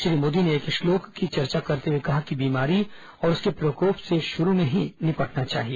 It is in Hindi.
श्री मोदी ने एक श्लोक की चर्चा करते हुए कहा कि बीमारी और उसके प्रकोप से शुरू में ही निपटना चाहिए